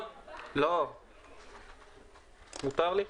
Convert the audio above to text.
המכסה הכוללת שתוקצה לפי תקנת משנה (א) לא תעלה על 34 מיליון